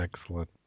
Excellent